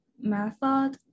method